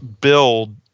build